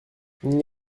n’y